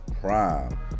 Prime